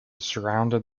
surrounded